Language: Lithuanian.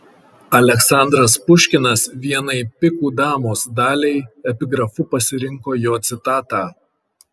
aleksandras puškinas vienai pikų damos daliai epigrafu pasirinko jo citatą